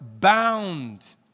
bound